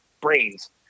brains